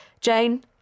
Jane